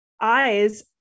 eyes